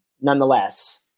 nonetheless